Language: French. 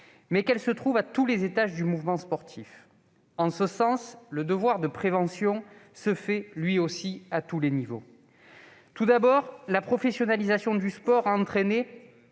: le dopage se retrouve à tous les étages du mouvement sportif. En ce sens, le devoir de prévention vaut lui aussi à tous les niveaux. La professionnalisation du sport a entraîné